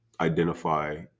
identify